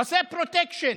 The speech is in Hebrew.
עושה פרוטקשן,